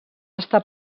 està